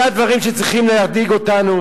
אלה הדברים שצריכים להדאיג אותנו,